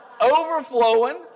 overflowing